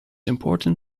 important